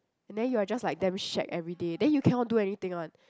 and then you are just like damn shag everyday then you cannot do anything one